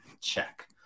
check